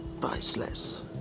priceless